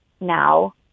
now